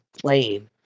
playing